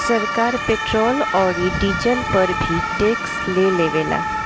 सरकार पेट्रोल औरी डीजल पर भी टैक्स ले लेवेला